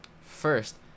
First